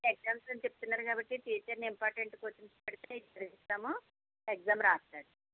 exams అని చెప్తున్నారు కాబట్టి టీచర్ని ఇంపార్టెంట్ క్వశ్చన్స్ పెడితే చదివిస్తాము ఎగ్జామ్ రాస్తాడు